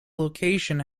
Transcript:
location